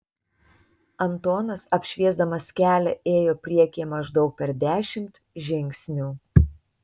antonas apšviesdamas kelią ėjo priekyje maždaug per dešimt žingsnių